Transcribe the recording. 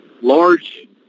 large